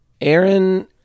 Aaron